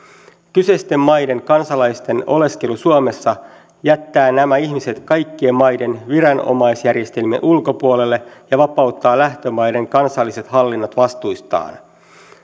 kyseisten maiden kansalaisten oleskelu suomessa jättää nämä ihmiset kaikkien maiden viranomaisjärjestelmien ulkopuolelle ja vapauttaa lähtömaiden kansalliset hallinnot vastuistaan